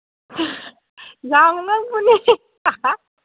ꯌꯥꯝ ꯉꯛꯄꯅꯦ